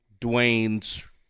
Dwayne's